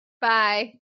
Bye